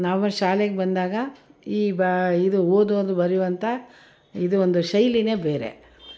ನಾವು ಶಾಲೆಗೆ ಬಂದಾಗ ಈ ಬ ಇದು ಓದೋದು ಬರೆಯುವಂಥ ಇದು ಒಂದು ಶೈಲಿಯೇ ಬೇರೆ